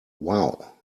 wow